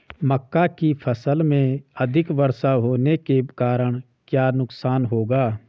मक्का की फसल में अधिक वर्षा होने के कारण क्या नुकसान होगा?